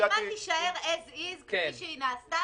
הפעימה תישאר as is, כפי שהיא נעשתה.